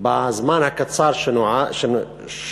בזמן הקצר שנשאר,